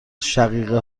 شقیقه